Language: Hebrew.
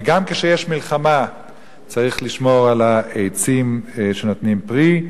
וגם כשיש מלחמה צריך לשמור על העצים שנותנים פרי.